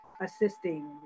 assisting